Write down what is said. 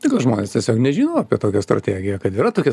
tai gal žmonės tiesiog nežino apie tokią strategiją kad yra tokia